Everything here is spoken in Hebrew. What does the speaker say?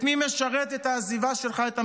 את מי משרתת העזיבה שלך את הממשלה?